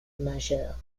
majeures